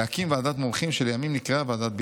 "להקים ועדת מומחים, שלימים נקראה 'ועדת ביטון'.